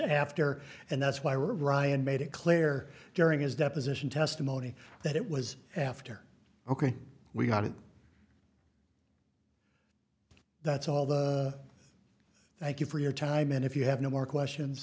after and that's why ryan made it clear during his deposition testimony that it was after ok we've got it that's all the thank you for your time and if you have no more questions